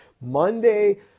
Monday